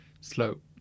slope